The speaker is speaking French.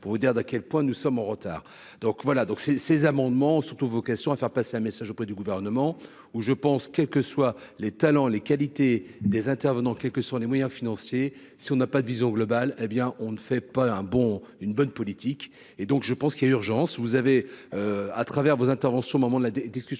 pour vous dire à quel point nous sommes en retard, donc voilà donc ces ces amendements surtout vocation à faire passer un message auprès du gouvernement ou je pense, quelles que soient les talents, les qualités des intervenants, quelles que soient les moyens financiers, si on n'a pas de vision globale, hé bien, on ne fait pas un bon une bonne politique, et donc je pense qu'il y a urgence, vous avez à travers vos interventions au moment de la discussion